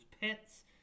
pets